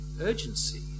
urgency